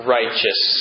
righteous